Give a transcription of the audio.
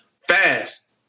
fast